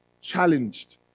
challenged